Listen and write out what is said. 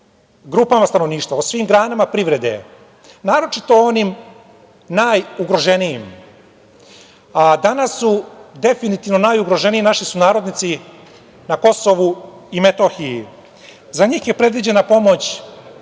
grupama stanovništva, o svim granama privrede. Naročito o onim najugroženijim, a danas su definitivno najugroženiji naši sunarodnici na Kosovu i Metohiji. Za njih je predviđena pomoć